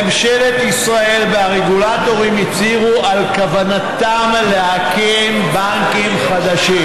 ממשלת ישראל והרגולטורים הצהירו על כוונתם להקים בנקים חדשים,